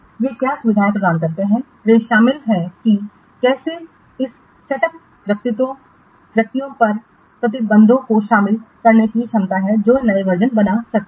वे क्या सुविधा प्रदान करते हैं वे शामिल हैं कि कैसे इस सेटअप व्यक्तियों पर प्रतिबंधों को शामिल करने की क्षमता है जो नए वर्जन बना सकते हैं